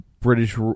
British